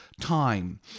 time